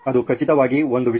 ಅದು ಖಚಿತವಾಗಿ ಒಂದು ವಿಷಯ